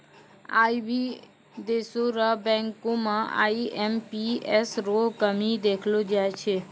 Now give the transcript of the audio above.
आई भी देशो र बैंको म आई.एम.पी.एस रो कमी देखलो जाय छै